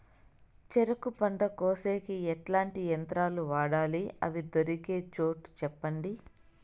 చెరుకు పంట కోసేకి ఎట్లాంటి యంత్రాలు వాడాలి? అవి దొరికే చోటు చెప్పండి?